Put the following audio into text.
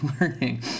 learning